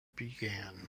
began